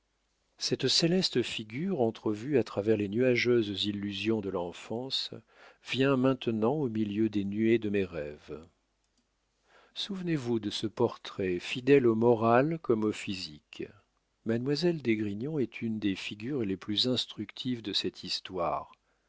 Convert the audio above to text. cette céleste figure entrevue à travers les nuageuses illusions de l'enfance vient maintenant au milieu des nuées de mes rêves souvenez-vous de ce portrait fidèle au moral comme au physique mademoiselle d'esgrignon est une des figures les plus instructives de cette histoire